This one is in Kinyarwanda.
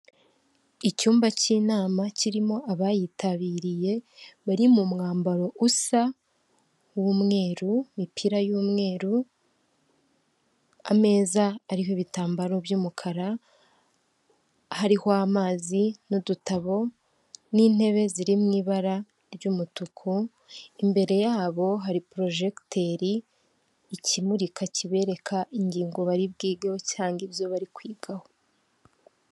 Icyumba cy'inama kirimo abayitabiriye bari mu mwambaro usa w'umweruru imipira y'umweru, ameza ariho ibitambaro by'umukara, hariho amazi n'udutabo n'intebe ziri mu ibara ry'umutuku imbere yabo hari porojegiteri, ikimurika kibereka ingingo bari bwigeho cyangwa ibyo bari kwigaho.